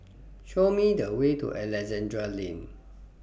Show Me The Way to Alexandra Lane